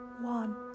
one